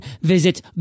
visit